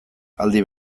aldi